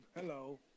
Hello